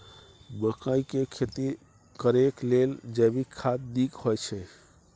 मकई के खेती करेक लेल जैविक खाद नीक होयछै?